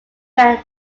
band